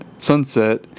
Sunset